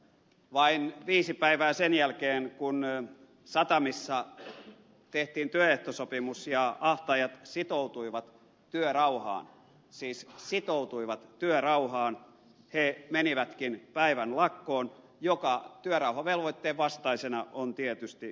vain viisi päivää sen jälkeen kun satamissa tehtiin työehtosopimus ja ahtaajat sitoutuivat työrauhaan siis sitoutuivat työrauhaan he menivätkin päivän lakkoon joka työrauhavelvoitteen vastaisena on tietysti laiton